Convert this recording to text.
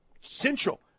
Central